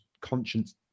conscience